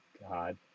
god